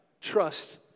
Trust